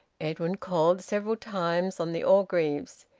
edwin called several times on the orgreaves.